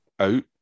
Out